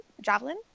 Javelin